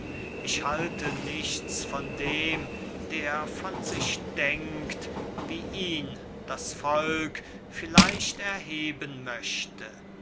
ich halte nichts von dem der von sich denkt wie ihn das volk vielleicht erheben möchte